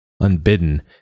Unbidden